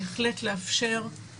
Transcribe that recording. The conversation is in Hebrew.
אנחנו בהחלט מעוניינים לאפשר התפתחות,